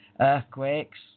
earthquakes